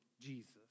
Jesus